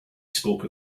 spoke